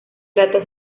plato